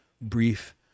brief